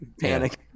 panic